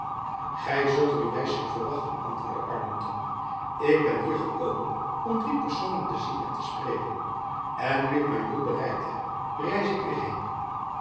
gy zult er u wijslijk voor wachten antwoordde arlington ik ben hier gekomen om drie personen te zien en te spreken en nu ik mijn doel bereikt heb reis ik weêr heen